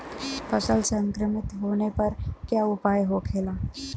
फसल संक्रमित होने पर क्या उपाय होखेला?